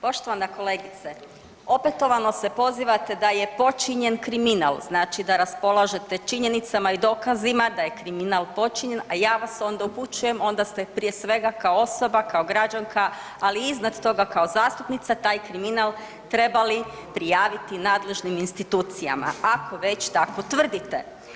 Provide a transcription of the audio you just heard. Poštovana kolegice, opetovano se pozivate da je počinjen kriminal, znači da raspolažete činjenicama i dokazima da je kriminal počinjen, a ja vas onda upućuje, onda ste prije svega kao osoba, kao građanka, ali iznad toga kao zastupnica taj kriminal trebali prijaviti nadležnim institucijama, ako već tako tvrdite.